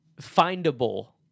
findable